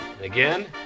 Again